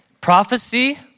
Prophecy